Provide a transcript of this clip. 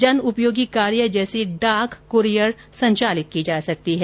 जन उपयोगी कार्य जैसे डाक कूरियर आदि संचालित की जा सकती है